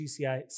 GCI